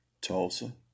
Tulsa